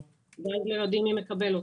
ואז לא יודעים מי מקבל אותה.